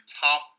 top